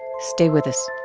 stay with us